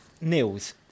Nils